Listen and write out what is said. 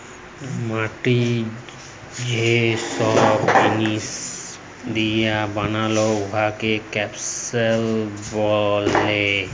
মাটি যে ছব জিলিস দিঁয়ে বালাল উয়াকে কম্পসিশল ব্যলে